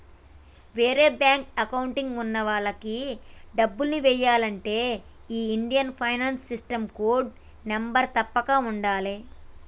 వేరే bank account ఉన్న వాళ్లకి డబ్బుల్ని ఎయ్యాలంటే ఈ Indian financial system code number తప్పక ఉండాలే